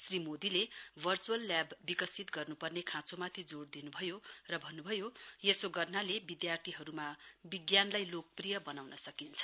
श्री मोदीले virtual lab विकसित गर्नुपर्ने खांचोमाथि जोड़ दिनुभयो र भन्न्भयो यसो गर्नाले विधार्थीहरूमा विज्ञानलाई लोकप्रिय बताउन सकिन्छ